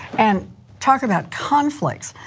and talk about conflicts.